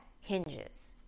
hinges